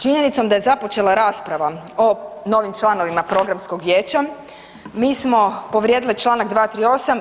Činjenicom da je započela rasprava o novim članovima Programskog vijeća mi smo povrijedili članak 238.